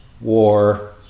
war